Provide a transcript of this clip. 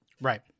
Right